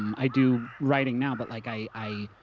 i do writing now, but like i i